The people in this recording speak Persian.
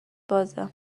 بازه